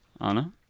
Anna